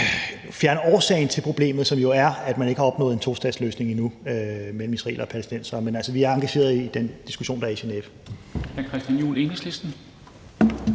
fjerne årsagen til problemet, som jo er, at man ikke har opnået en tostatsløsning for israelerne og palæstinenserne endnu. Men vi er engageret i den diskussion, der er i Genève. Kl. 13:16 Formanden